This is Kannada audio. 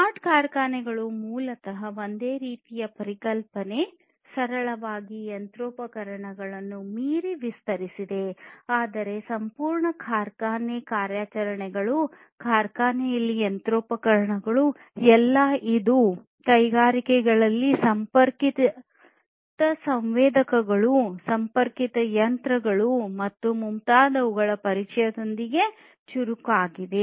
ಸ್ಮಾರ್ಟ್ ಕಾರ್ಖಾನೆಗಳು ಮೂಲತಃ ಒಂದೇ ರೀತಿಯ ಪರಿಕಲ್ಪನೆ ಸರಳವಾಗಿ ಯಂತ್ರೋಪಕರಣಗಳನ್ನು ಮೀರಿ ವಿಸ್ತರಿಸಿದೆ ಆದರೆ ಸಂಪೂರ್ಣ ಕಾರ್ಖಾನೆ ಕಾರ್ಯಾಚರಣೆಗಳು ಕಾರ್ಖಾನೆಯಲ್ಲಿ ಯಂತ್ರೋಪಕರಣಗಳು ಎಲ್ಲಾ ಇದು ಕೈಗಾರಿಕೆಗಳಲ್ಲಿ ಸಂಪರ್ಕಿತ ಸಂವೇದಕಗಳು ಸಂಪರ್ಕಿತ ಯಂತ್ರಗಳು ಮತ್ತು ಮುಂತಾದವುಗಳ ಪರಿಚಯದೊಂದಿಗೆ ಚುರುಕಾಗಿದೆ